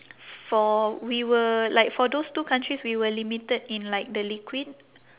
for we were like for those two countries we were limited in like the liquid